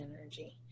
energy